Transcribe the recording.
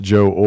Joe